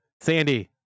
Sandy